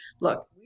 Look